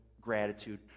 gratitude